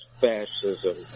fascism